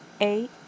eight